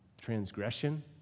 transgression